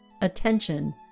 attention